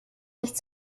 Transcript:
nicht